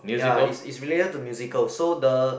ya it's it's related to musical so the